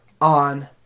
on